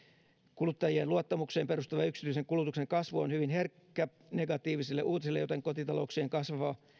kuluttajien luottamukseen perustuva yksityisen kulutuksen kasvu on hyvin herkkä negatiivisille uutisille joten kotitalouksien kasvava